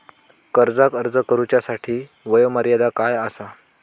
कर्जाक अर्ज करुच्यासाठी वयोमर्यादा काय आसा?